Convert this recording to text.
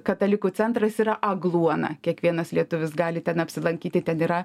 katalikų centras yra agluona kiekvienas lietuvis gali ten apsilankyti ten yra